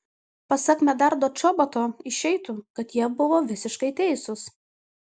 pasak medardo čoboto išeitų kad jie buvo visiškai teisūs